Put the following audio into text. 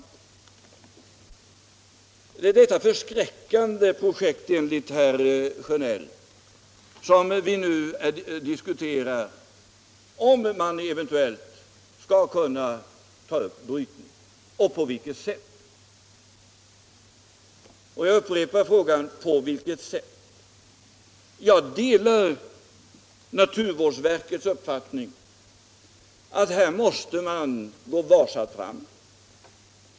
Det är i fråga om detta ”förskräckande projekt” — enligt herr Sjönell — som vi nu diskuterar om man eventuellt skall kunna ta upp brytningen, och på vilket sätt. Jag delar naturvårdsverkets uppfattning att man här måste gå varsamt fram.